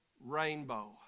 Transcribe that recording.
rainbow